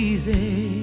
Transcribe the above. Easy